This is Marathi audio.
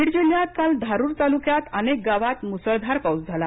बीड जिल्ह्यात काल धारूर तालुक्यात अनेक गावांत मुसळधार पाऊस झाला